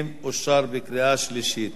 50), התשע"ב 2012,